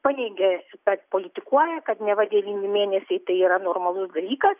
paneigė kad politikuoja kad neva devyni mėnesiai tai yra normalus dalykas